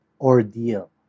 ordeal